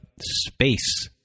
space